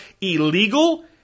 illegal